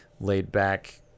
laid-back